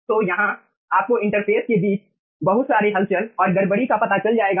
तो यहां आपको इंटरफेस के बीच बहुत सारे हलचल और गड़बड़ी का पता चल जाएगा